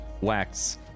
wax